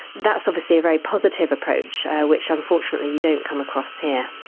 that's obviously a very positive approach which unfortunately you don't come across here.